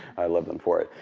i love them for it.